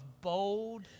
bold